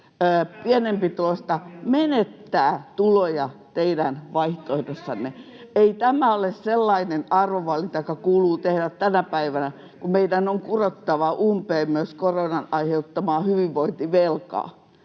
pienempituloista menettää tuloja teidän vaihtoehdossanne. Ei tämä ole sellainen arvoalinta, joka kuuluu tehdä tänä päivänä, kun meidän on kurottava umpeen myös koronan aiheuttamaa hyvinvointivelkaa.